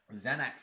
Xanax